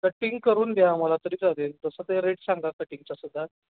cutting करून द्या आम्हाला तरी चालते तसं ते रेट सांगा कटिंगचा सुद्धा